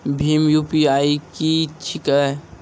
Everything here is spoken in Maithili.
भीम यु.पी.आई की छीके?